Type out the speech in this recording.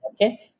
okay